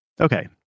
Okay